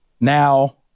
now